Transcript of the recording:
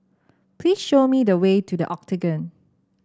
please show me the way to The Octagon